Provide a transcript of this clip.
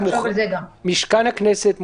משכן הכנסת מוחרג,